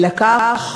כך